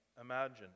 imagine